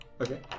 Okay